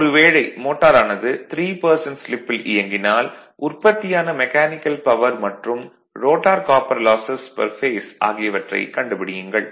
ஒரு வேளை மோட்டாரானது 3 ஸ்லிப்பில் இயங்கினால் உற்பத்தியான மெக்கானிக்கல் பவர் மற்றும் rotor copper losses per phase ஆகியவற்றைக் கண்டுபிடியுங்கள்